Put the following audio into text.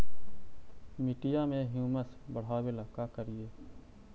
मिट्टियां में ह्यूमस बढ़ाबेला का करिए?